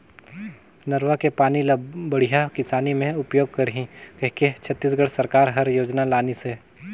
नरूवा के पानी ल बड़िया किसानी मे उपयोग करही कहिके छत्तीसगढ़ सरकार हर योजना लानिसे